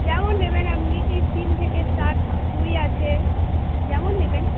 যেমন নেবেন আপনি এই তিন থেকে স্টার্ট দুই আছে যেমন নেবেন